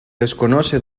desconoce